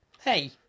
Hey